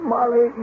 Molly